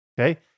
okay